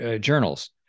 journals